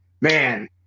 man